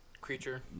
Creature